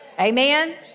Amen